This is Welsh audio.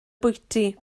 bwyty